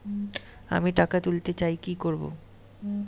আমি টাকা তুলতে চাই কি করব?